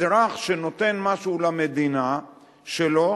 אזרח שנותן משהו למדינה שלו